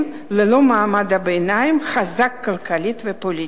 ללא מעמד ביניים חזק כלכלית ופוליטית,